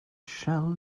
shall